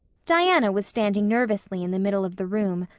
diana was standing nervously in the middle of the room,